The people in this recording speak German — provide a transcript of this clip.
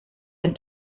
den